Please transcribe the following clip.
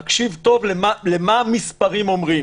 תקשיב טוב מה אומרים המספרים: